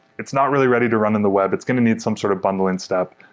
it's not really ready to run in the web. it's going to need some sort of bundling step.